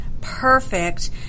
perfect